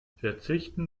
verzichten